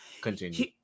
Continue